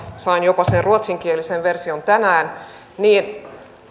sain jopa sen ruotsinkielisen version tänään niin